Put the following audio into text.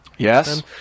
Yes